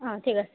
অঁ ঠিক আছে